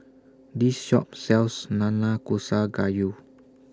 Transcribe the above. This Shop sells Nanakusa Gayu